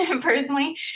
personally